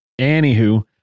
Anywho